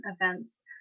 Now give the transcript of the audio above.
events